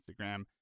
Instagram